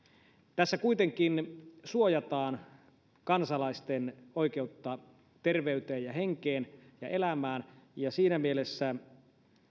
tässä kuitenkin suojataan kansalaisten oikeutta terveyteen ja henkeen ja elämään ja siinä mielessä